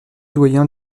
doyen